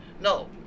No